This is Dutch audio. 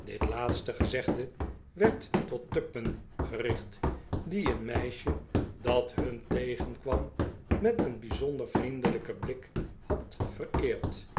dit laatste gezegde werd tot tupman gericht die een meisje dat nun tegenkwam met een bijzpnder vriendelijken blik had vereerd